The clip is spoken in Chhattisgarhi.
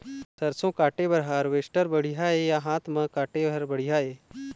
सरसों काटे बर हारवेस्टर बढ़िया हे या फिर हाथ म काटे हर बढ़िया ये?